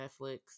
netflix